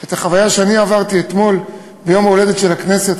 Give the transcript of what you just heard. על החוויה שעברתי אתמול, ביום ההולדת של הכנסת.